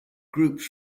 groups